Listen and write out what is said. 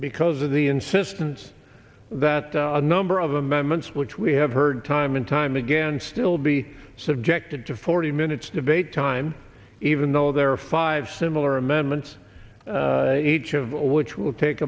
because of the insistence that the number of amendments which we have heard time and time again still be subjected to forty minutes debate time even though there are five similar amendments each of which will take